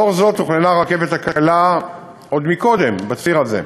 לאור זאת תוכננה הרכבת הקלה עוד קודם בציר הזה.